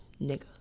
nigga